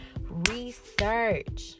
research